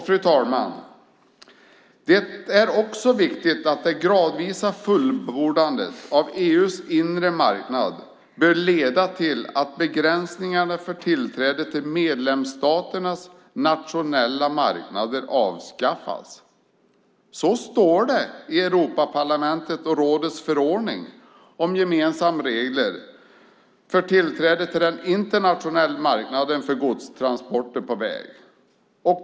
Fru talman! Det är också viktigt att det gradvisa fullbordandet av EU:s inre marknad bör leda till att begränsningarna för tillträde till medlemsstaternas nationella marknader avskaffas. Så står det i Europaparlamentets och rådets förordning om gemensamma regler för tillträde till den internationella marknaden för godstransporter på väg.